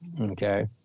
Okay